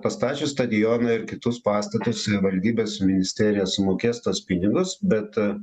pastačius stadioną ir kitus pastatus savivaldybės ministerija sumokės tuos pinigus bet